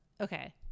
Okay